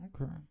Okay